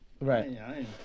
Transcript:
Right